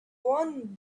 won